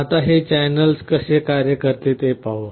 आता हे चॅनेल कसे कार्य करतात ते पाहू